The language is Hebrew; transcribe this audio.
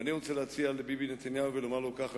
ואני רוצה להציע לביבי נתניהו ולומר לו ככה,